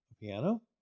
Piano